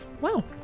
wow